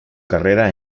carrera